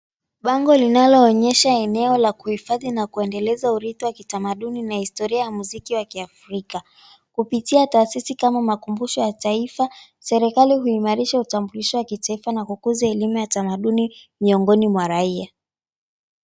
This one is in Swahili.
Bango linaloonyesha eneo la kuhifadhi na kuendeleza urithi wa kitamaduni na historia ya mziki wa kiafrika. Kupitia taasisi kama makumbusho ya taifa, serikali huimarisha utambulisho wa taifa na kukuza elimu ya tamaduni miongoni mwa raia.